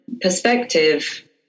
perspective